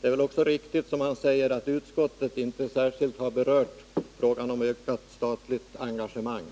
Det är väl också riktigt att utskottet inte särskilt har berört frågan om ökat statligt engagemang.